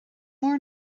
mór